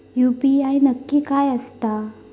UPI नक्की काय आसता?